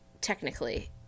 technically